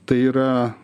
tai yra